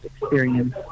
experience